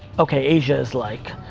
okay, asia is, like,